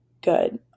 good